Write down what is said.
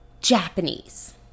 Japanese